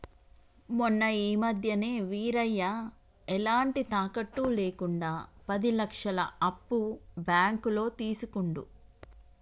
మొన్న ఈ మధ్యనే వీరయ్య ఎలాంటి తాకట్టు లేకుండా పది లక్షల అప్పు బ్యాంకులో తీసుకుండు